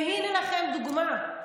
והינה לכם דוגמה.